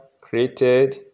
created